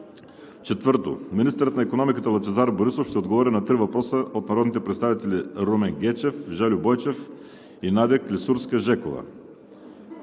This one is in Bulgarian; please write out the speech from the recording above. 4. Министърът на икономиката Лъчезар Борисов ще отговори на три въпроса от народните представители Румен Гечев; Жельо Бойчев; и Надя Клисурска.